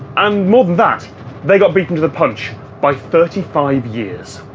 and more than that they got beaten to the punch by thirty five years.